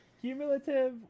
Cumulative